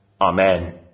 Amen